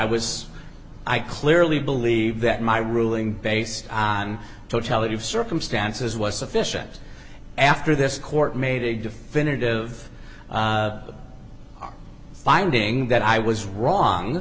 was i clearly believe that my ruling based on totality of circumstances was sufficient after this court made a definitive finding that i was wrong